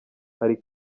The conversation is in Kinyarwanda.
hari